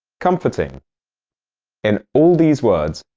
comforting in all these words,